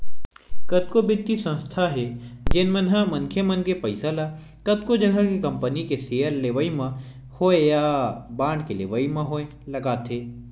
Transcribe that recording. कतको बित्तीय संस्था हे जेन मन ह मनखे मन के पइसा ल कतको जघा के कंपनी के सेयर लेवई म होय या बांड के लेवई म होय लगाथे